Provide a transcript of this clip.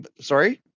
Sorry